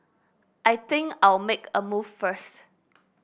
I think I'll make a move first